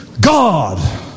God